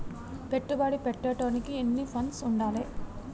పెట్టుబడి పెట్టేటోనికి ఎన్ని ఫండ్స్ ఉండాలే?